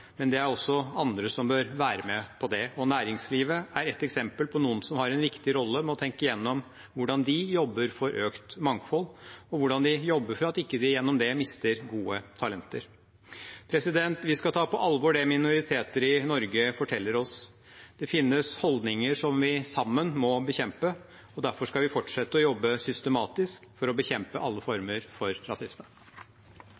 men det er også andre som bør være med på det. Næringslivet er et eksempel på noen som har en viktig rolle i å tenke gjennom hvordan de jobber for økt mangfold, og hvordan de jobber for at ikke de gjennom det mister gode talenter. Vi skal ta på alvor det minoriteter i Norge forteller oss. Det finnes holdninger som vi sammen må bekjempe. Derfor skal vi fortsette å jobbe systematisk for å bekjempe alle former for